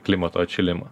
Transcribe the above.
klimato atšilimą